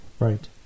Right